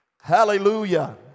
Hallelujah